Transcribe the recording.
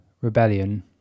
Rebellion